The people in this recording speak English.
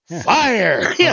fire